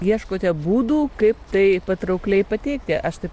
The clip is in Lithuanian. ieškote būdų kaip tai patraukliai pateikti aš taip